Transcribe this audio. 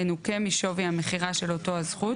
ינוכה משווי המכירה של אותה הזכות,